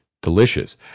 Delicious